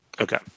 Okay